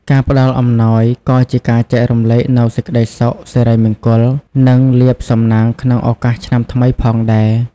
ការផ្តល់អំណោយក៏ជាការចែករំលែកនូវសេចក្តីសុខ សិរីមង្គល និងលាភសំណាងក្នុងឱកាសឆ្នាំថ្មីផងដែរ។